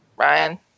Ryan